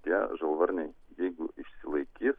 tie žalvarniai jeigu išsilaikys